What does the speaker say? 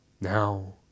Now